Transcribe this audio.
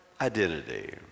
identity